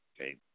Okay